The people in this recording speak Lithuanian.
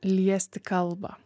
liesti kalbą